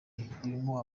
irimo